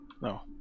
No